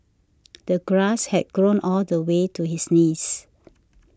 the grass had grown all the way to his knees